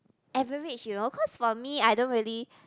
average you know cause for me I don't really